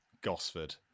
gosford